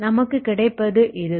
நமக்கு கிடைப்பது இதுதான்